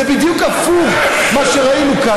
זה בדיוק הפוך ממה שראינו כאן.